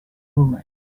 woman